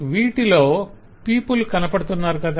వీటిలో పీపుల్ కనపడుతున్నారు కదా